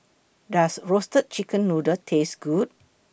Does Roasted Chicken Noodle Taste Good